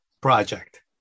project